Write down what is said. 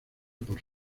por